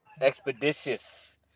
Expeditious